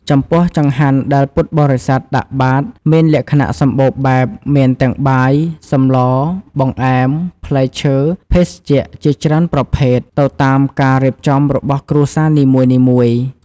ចំពោះចង្ហាន់ដែលពុទ្ធបរិស័ទដាក់បាត មានលក្ខណៈសម្បូរបែបមានទាំង បាយ សម្លរ បង្អែម ផ្លែឈើ ភេសជ្ជៈ ជាច្រើនប្រភេទ ទៅតាមការរៀបចំរបស់គ្រួសារនីមួយៗ។